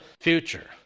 future